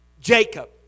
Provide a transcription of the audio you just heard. Jacob